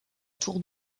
tour